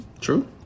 True